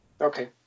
Okay